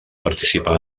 participar